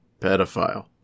pedophile